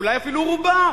אולי אפילו רובם,